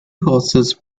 horses